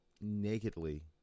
nakedly